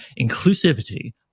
inclusivity